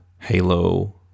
halo